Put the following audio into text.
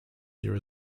there